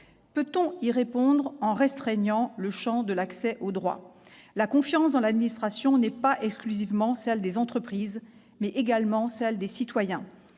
Peut-on y répondre en restreignant le champ de l'accès au droit ? La confiance dans l'administration n'est pas exclusivement celle des entreprises ; elle est également celle des citoyens.